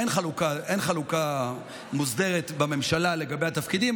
אין חלוקה מוסדרת בממשלה לגבי התפקידים,